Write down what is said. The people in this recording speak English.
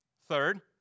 Third